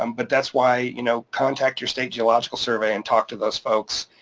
um but that's why, you know contact your state geological survey and talk to those folks.